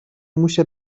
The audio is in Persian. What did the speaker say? موش